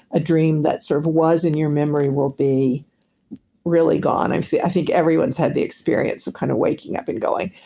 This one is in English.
a dream that sort of was in your memory will be really gone. and i think everyone's had the experience of kind of waking up and going,